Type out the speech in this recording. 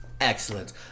excellent